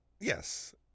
Yes